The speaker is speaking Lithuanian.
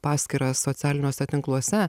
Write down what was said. paskyrą socialiniuose tinkluose